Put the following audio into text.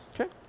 Okay